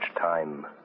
time